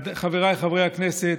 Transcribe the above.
חבריי חברי הכנסת,